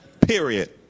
Period